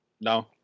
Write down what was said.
No